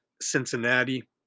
Cincinnati